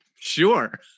sure